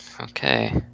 Okay